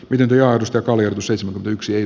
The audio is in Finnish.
pidentyä mustakallio seisoo yksin